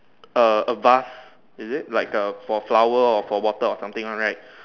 err a vase is it like a for flower or for water or something one right